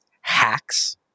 hacks